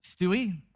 Stewie